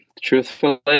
Truthfully